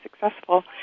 successful